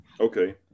Okay